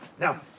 Now